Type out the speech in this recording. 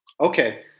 Okay